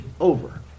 over